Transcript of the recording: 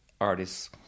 artists